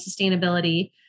sustainability